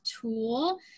tool